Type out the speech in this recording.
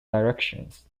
directions